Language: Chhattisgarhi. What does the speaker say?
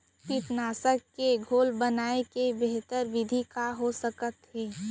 कीटनाशक के घोल बनाए के बेहतर विधि का हो सकत हे?